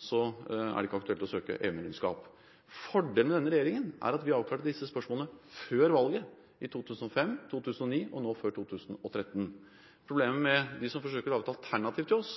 så er det ikke aktuelt å søke EU-medlemskap. Fordelen med denne regjeringen er at vi avklarte disse spørsmålene før valgene i 2005, 2009 og nå før 2013. Problemet med de som forsøker å lage et alternativ til oss,